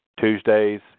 Tuesdays